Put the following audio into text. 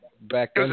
back